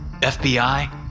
FBI